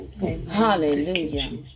Hallelujah